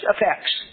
effects